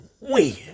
Win